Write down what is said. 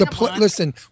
Listen